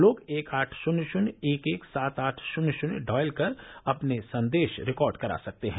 लोग एक आठ शून्य शून्य एक एक सात आठ शून्य शून्य डायल कर अपने संदेश रिकार्ड करा सकते हैं